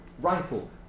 rifle